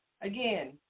Again